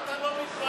איך אתה לא מתבייש?